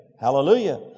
Hallelujah